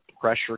pressure